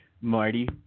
Marty